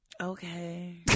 Okay